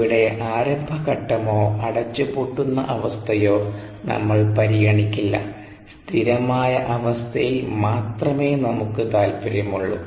ഇവിടെ ആരംഭഘട്ടമോ അടച്ചുപൂട്ടുന്ന അവസ്ഥയോ നമ്മൾ പരിഗണിക്കില്ല സ്ഥിരമായ അവസ്ഥയിൽ മാത്രമേ നമുക്ക് താൽപ്പര്യമുള്ളൂ